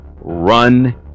run